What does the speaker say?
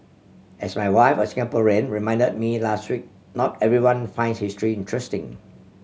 as my wife a Singaporean reminded me last week not everyone finds history interesting